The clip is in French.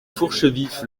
fourchevif